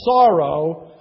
sorrow